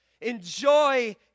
Enjoy